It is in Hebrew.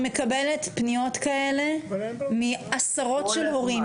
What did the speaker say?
אני מקבלת פניות כאלה מעשרות של הורים.